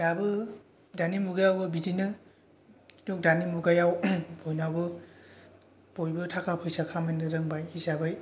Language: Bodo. दाबो दानि मुगायावबो बिदिनो दानि मुगायाव बयनावबो बयबो थाखा फैसा खामायनो रोंबाय हिसाबै